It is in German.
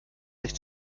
sich